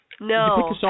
No